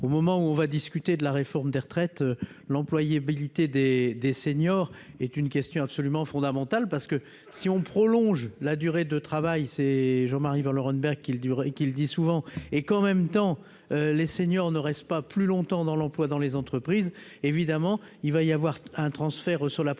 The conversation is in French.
au moment où on va discuter de la réforme des retraites, l'employé militer des des seniors est une question absolument fondamentale parce que si on prolonge la durée de travail, c'est Jean-Marie vers le Rhône qu'il dure et qui le dit souvent et qu'en même temps, les seniors ne restent pas plus longtemps dans l'emploi dans les entreprises, évidemment il va y avoir un transfert sur la protection